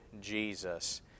Jesus